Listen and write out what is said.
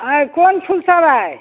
अइ कोन फूल सब अइ